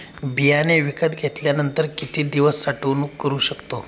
बियाणे विकत घेतल्यानंतर किती दिवस साठवणूक करू शकतो?